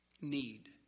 Need